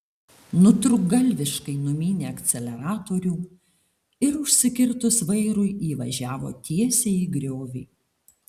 nutrūktgalviškai numynė akceleratorių ir užsikirtus vairui įvažiavo tiesiai į griovį